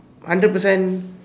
hundred percent